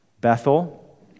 Bethel